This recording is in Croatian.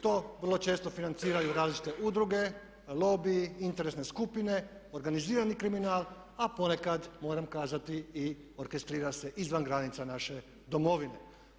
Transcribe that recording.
To vrlo često financiraju različite udruge, lobiji, interesne skupine, organizirani kriminal, a ponekad moram kazati i orkestrira se izvan granica naše Domovine.